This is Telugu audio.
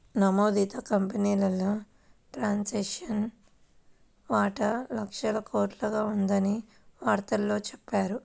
నమోదిత కంపెనీల్లో టాటాసన్స్ వాటా లక్షల కోట్లుగా ఉందని వార్తల్లో చెప్పారు